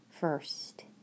first